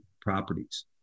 properties